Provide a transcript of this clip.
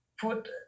put –